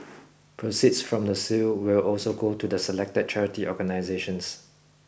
proceeds from the sale will also go to the selected charity organisations